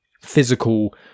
physical